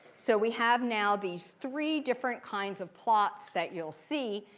so we have now these three different kinds of plots that you'll see.